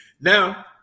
Now